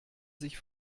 sich